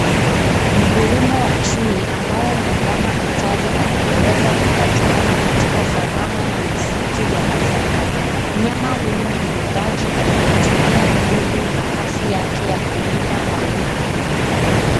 Mungurumo wa chui ambaye ni mnyama hatari anayeweza kupatikana katika savana na misitu ya afrika. Mnyama huyu ni mwindaji anayetumia nguvu na kasi yake ya kuwinda mawindo.